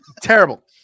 Terrible